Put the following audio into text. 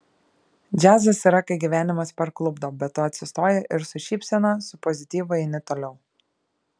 džiazas yra kai gyvenimas parklupdo bet tu atsistoji ir su šypsena su pozityvu eini toliau